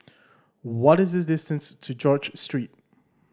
what is the distance to George Street